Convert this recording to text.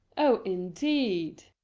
oh, indeed!